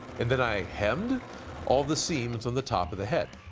and then i hemmed all the scenes on the top of the head.